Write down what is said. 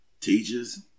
teachers